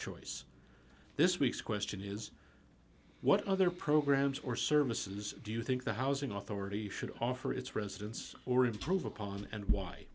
choice this week's question is what other programs or services do you think the housing authority should offer its residents or improve upon and why